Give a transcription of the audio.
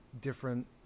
different